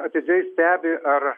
atidžiai stebi ar